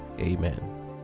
amen